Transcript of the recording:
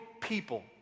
people